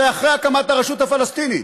היה עושה אחרי הקמת הרשות הפלסטינית.